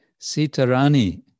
sitarani